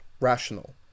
rational